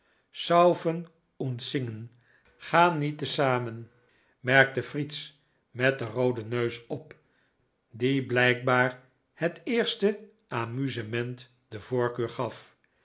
singen gaan niet te zamen merkte fritz met den rooden neus op die blijkbaar het eerste amusement de voorkeur gaf